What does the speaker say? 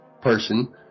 person